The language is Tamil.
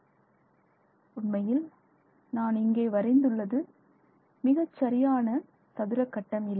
உண்மையில் நான் இங்கே வரைந்து உள்ளது மிகச்சரியான சதுர கட்டம் இல்லை